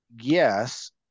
Yes